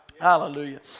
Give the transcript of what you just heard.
Hallelujah